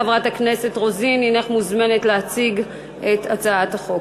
חברת הכנסת רוזין, הנך מוזמנת להציג את הצעת החוק.